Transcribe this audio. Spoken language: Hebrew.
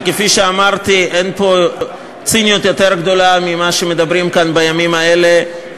שכפי שאמרתי אין פה ציניות יותר גדולה ממה שמדברים כאן בימים האלה,